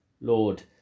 Lord